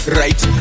right